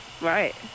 Right